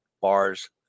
bars